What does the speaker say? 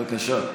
בבקשה.